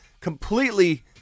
completely